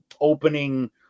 opening